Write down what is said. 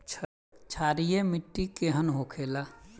क्षारीय मिट्टी केहन होखेला?